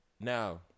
Now